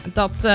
dat